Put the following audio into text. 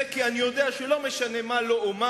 זה כי אני יודע שלא משנה מה לא אומר,